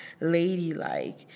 ladylike